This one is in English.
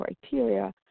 criteria